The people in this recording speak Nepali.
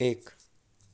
एक